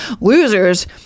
Losers